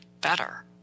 better